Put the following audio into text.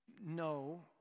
no